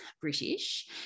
British